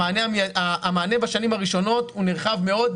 המענה בשנים הראשונות הוא נרחב מאוד.